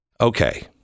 Okay